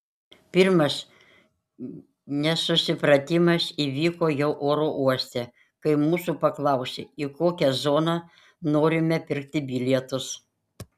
pirmas nesusipratimas įvyko jau oro uoste kai mūsų paklausė į kokią zoną norime pirkti bilietus